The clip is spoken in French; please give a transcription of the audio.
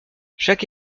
chaque